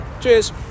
Cheers